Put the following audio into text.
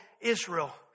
Israel